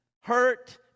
Hurt